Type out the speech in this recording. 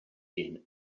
been